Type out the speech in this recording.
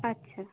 আচ্ছা